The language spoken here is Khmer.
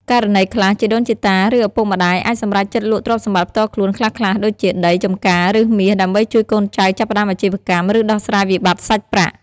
ករណីខ្លះ ជីដូនជីតា ឬឪពុកម្តាយអាចសម្រេចចិត្តលក់ទ្រព្យសម្បត្តិផ្ទាល់ខ្លួនខ្លះៗ ដូចជាដី ចម្ការ ឬមាស ដើម្បីជួយកូនចៅចាប់ផ្តើមអាជីវកម្ម ឬដោះស្រាយវិបត្តិសាច់ប្រាក់។